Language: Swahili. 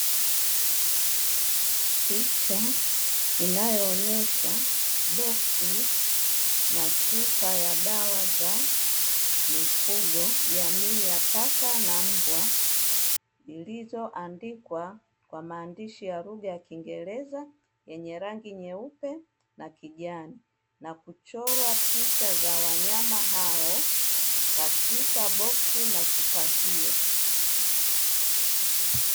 Picha inayoonyesha boksi na chupa ya dawa za mifugo jamii ya paka na mbwa zilizo andikwa kwa maandishi ya lugha ya kiingereza yenye rangi nyeupe na kijani na kuchorwa picha za wanyama hao katika boksi na chupa hiyo.